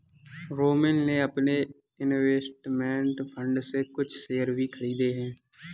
रोमिल ने अपने investment fund से कुछ शेयर भी खरीदे है